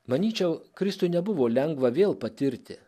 manyčiau kristui nebuvo lengva vėl patirti